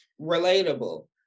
relatable